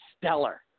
stellar